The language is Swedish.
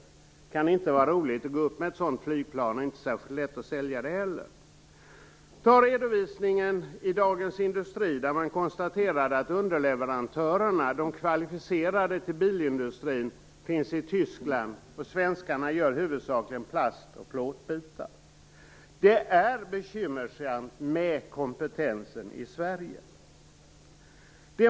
Det kan inte vara roligt att gå upp med ett sådant flygplan och inte särskilt lätt att sälja det heller. Ta redovisningen i Dagens Industri! Där konstaterar man att de kvalificerade underleverantörerna till bilindustrin finns i Tyskland, medan svenskarna huvudsakligen gör plast och plåtbitar. Det är bekymmersamt med kompetensen i Sverige.